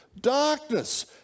darkness